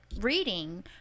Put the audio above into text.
reading